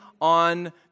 on